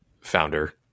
founder